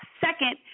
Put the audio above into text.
second